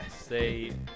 say